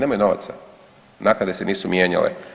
Nemaju novaca, naknade se nisu mijenjale.